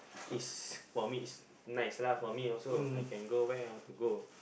is for me it's nice lah for me also I can go where I want to go